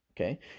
Okay